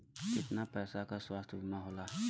कितना पैसे का स्वास्थ्य बीमा होला?